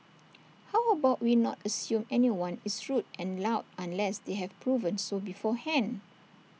how about we not assume anyone is rude and loud unless they have proven so beforehand